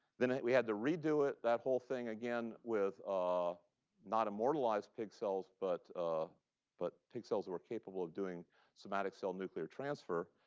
then we had to redo that whole thing again with ah not immortalized pig cells, but ah but pig cells that were capable of doing somatic cell nuclear transfer.